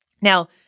Now